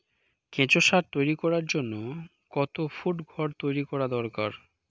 কেঁচো সার তৈরি করার জন্য কত ফুট ঘর তৈরি করা দরকার?